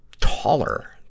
taller